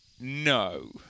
No